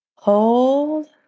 Hold